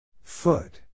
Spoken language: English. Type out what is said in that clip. Foot